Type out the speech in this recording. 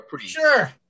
Sure